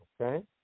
Okay